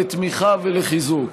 לתמיכה ולחיזוק.